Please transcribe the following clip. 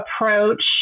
approach